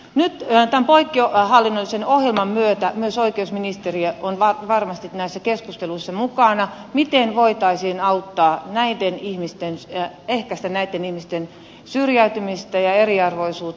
nyt tämän poikkihallinnollisen ohjelman myötä myös oikeusministeriö on varmasti mukana näissä keskusteluissa miten voitaisiin ehkäistä näiden ihmisten syrjäytymistä ja eriarvoisuutta